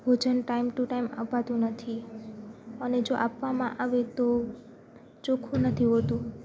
ભોજન time to time અપાતું નથી અને જો આપવામાં આવે તો ચોખ્ખું નથી હોતું